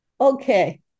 okay